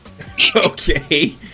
Okay